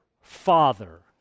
Father